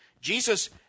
Jesus